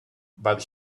but